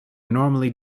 normally